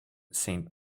saint